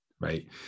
Right